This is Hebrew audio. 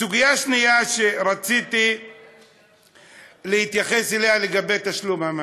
סוגיה שנייה שרציתי להתייחס אליה היא לגבי תשלום המס,